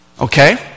Okay